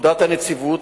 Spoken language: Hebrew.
פקודת הנציבות,